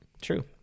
True